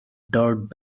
dirt